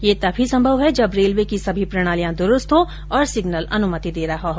ये तभी संभव है जब रेलवे की सभी प्रणालियां दुरूस्त हो और सिग्नल अनुमति दे रहा हो